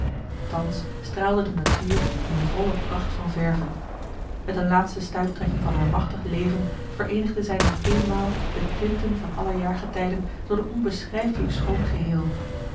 thans straalde de natuur in volle pracht van verven met een laatste stuiptrekking van haar machtig leven vereenigde zij nog eenmaal de tînten van alle jaargetijden tot een onbeschrijfelijk schoon geheel